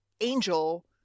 Angel